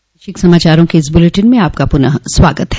प्रादेशिक समाचारों के इस बुलेटिन में आपका फिर से स्वागत है